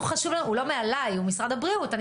הוא לא מעליי, הוא משרד הבריאות, אני